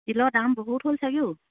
তিলৰ দাম বহুত হ'ল চাগে অঁ